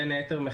בין היתר,